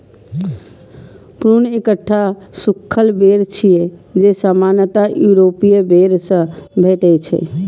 prune एकटा सूखल बेर छियै, जे सामान्यतः यूरोपीय बेर सं भेटै छै